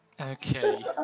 Okay